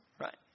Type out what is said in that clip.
Right